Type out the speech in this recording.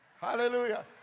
Hallelujah